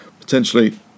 potentially